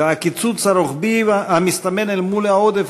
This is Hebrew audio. הקיצוץ הרוחבי המסתמן אל מול העודף